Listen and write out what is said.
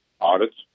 Audits